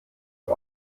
und